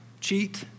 cheat